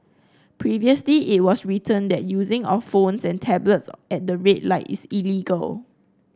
previously it was written that using of phones and tablets at the red light is illegal